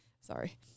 Sorry